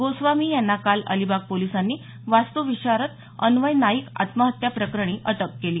गोस्वामी यांना काल अलिबाग पोलिसांनी वास्तू विषारद अन्वय नाईक आत्महत्या प्रकरणी अटक केली